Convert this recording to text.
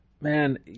man